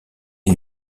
est